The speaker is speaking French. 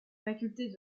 facultés